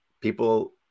people